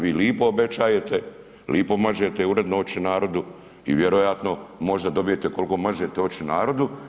Vi lipo obećajete, lipo mažete uredno oči narodu i vjerojatno možda dobijete koliko mažete oči narodu.